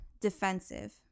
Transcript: defensive